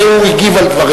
הרי הוא הגיב על דבריך,